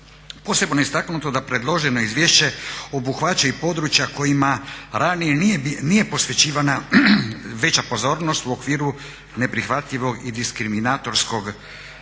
Posebno je istaknuto da predloženo izvješće obuhvaća i područja kojima ranije nije posvećivana veća pozornost u okviru neprihvatljivog i diskriminatorskog izražavanja